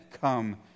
come